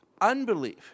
Unbelief